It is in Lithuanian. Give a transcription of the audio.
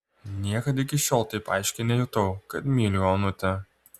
niekad iki šiol taip aiškiai nejutau kad myliu onutę